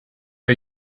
are